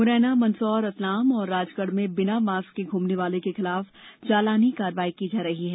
मुरैना मंदसौर रतलाम और राजगढ में बीना मास्क के घुमने वालों के खिलाफ चालानी कार्रवाई की जा रही है